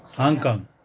Hong Kong